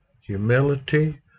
humility